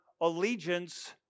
allegiance